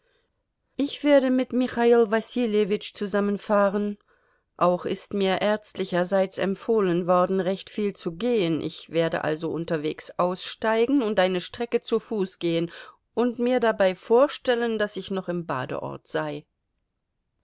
ich werde mit michail wasiljewitsch zusammen fahren auch ist mir ärztlicherseits empfohlen worden recht viel zu gehen ich werde also unterwegs aussteigen und eine strecke zu fuß gehen und mir dabei vorstellen daß ich noch im badeort sei